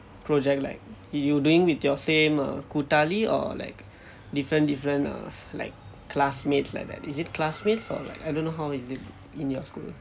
project like you doing with your same err கூட்டாளி:kuttaali or like different different uh like classmates like that is it classmates or like I don't know how is it in your school